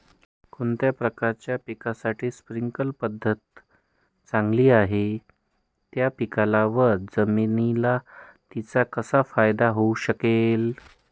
कोणत्या प्रकारच्या पिकासाठी स्प्रिंकल पद्धत चांगली आहे? त्या पिकाला व जमिनीला तिचा कसा फायदा होऊ शकेल?